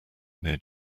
near